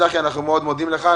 צחי, אנחנו מאוד מודים לך.